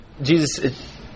Jesus